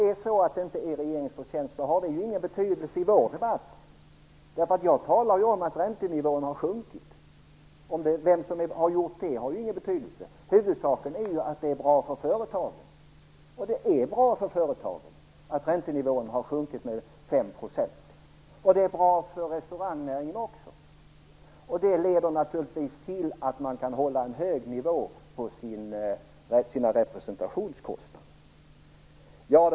Okej, om det inte är regeringens förtjänst har ingen betydelse i vår debatt, därför att jag talar om att räntenivån har sjunkit. Vem som har åstadkommit det har ingen betydelse. Huvudsaken är att det är bra för företagen. Och det är bra för företagen att räntenivån har sjunkit med 5 %. Det är bra för restaurangnäringen också. Det leder naturligtvis till att man kan hålla en hög nivå på sina representationskostnader.